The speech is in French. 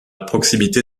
proximité